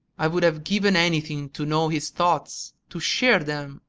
i would have given anything to know his thoughts, to share them,